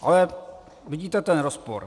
Ale vidíte ten rozpor.